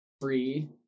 free